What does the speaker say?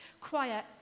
quiet